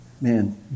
Man